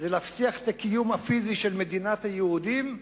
היא להבטיח את הקיום הפיזי של מדינת היהודים,